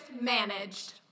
managed